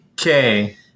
Okay